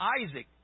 Isaac